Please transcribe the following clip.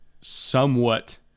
somewhat